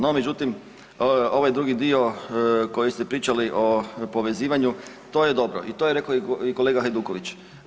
No međutim, ovaj drugi dio koji ste pričali o povezivanju to je dobro i to je reko i kolega Hajduković.